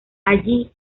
allí